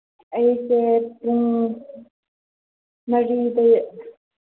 ꯑꯩꯁꯦ ꯄꯨꯡ ꯃꯔꯤꯗꯒꯤ